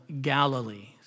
Galilee